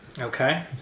Okay